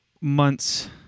months